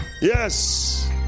Yes